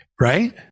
right